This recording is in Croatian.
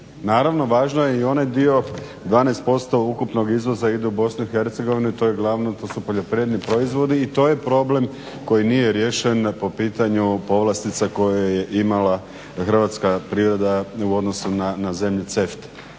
Naravno važan je i onaj dio 12% ukupnog izvoza ide u BiH i to je glavno, to su poljoprivredni proizvodi i to je problem koji nije riješen po pitanju povlastica koje je imala hrvatska privreda u odnosu na zemlje CEFTA-e